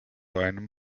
einem